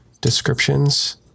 descriptions